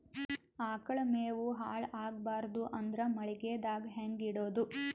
ಆಕಳ ಮೆವೊ ಹಾಳ ಆಗಬಾರದು ಅಂದ್ರ ಮಳಿಗೆದಾಗ ಹೆಂಗ ಇಡೊದೊ?